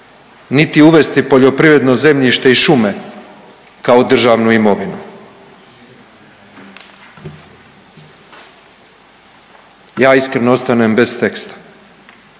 niti uvesti poljoprivredno zemljište i šume kao državnu imovinu. Ja iskreno ostanem bez teksta,